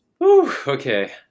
Okay